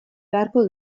beharko